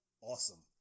Awesome